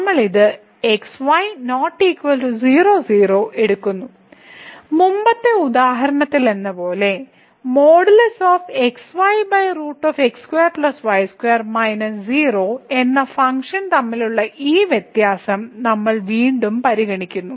നമ്മൾ ഇത് x y ≠ 00 എടുക്കുന്നു മുമ്പത്തെ ഉദാഹരണത്തിലെന്നപോലെ എന്ന ഫംഗ്ഷൻ തമ്മിലുള്ള ഈ വ്യത്യാസം നമ്മൾ വീണ്ടും പരിഗണിക്കുന്നു